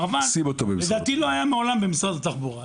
המרב"ד לדעתי לא היה מעולם במשרד התחבורה.